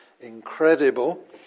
incredible